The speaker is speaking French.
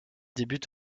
débute